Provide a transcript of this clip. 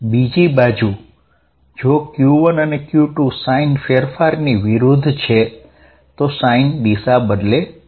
બીજી બાજુ જો q1 અને q2 વિરુદ્ધ હશે તો સાઇન બદલાશે